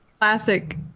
classic